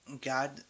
God